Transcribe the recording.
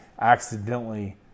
accidentally